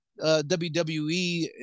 WWE